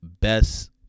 best